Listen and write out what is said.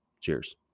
Cheers